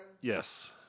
Yes